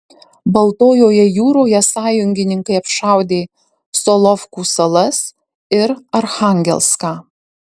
baltojoje jūroje sąjungininkai apšaudė solovkų salas ir archangelską